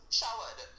showered